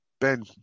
Ben